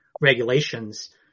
regulations